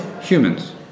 Humans